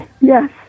yes